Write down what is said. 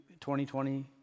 2020